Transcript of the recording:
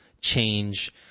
change